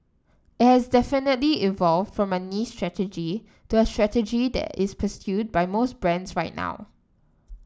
it has definitely evolved from my niche strategy to a strategy that is pursued by most brands right now